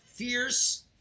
fierce